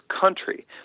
country